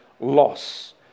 loss